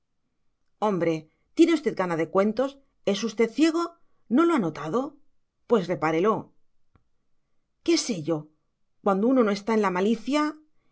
hombre tiene usted gana de cuentos es usted ciego no lo ha notado pues repárelo qué sé yo cuando uno no está en la malicia